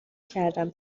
کردیم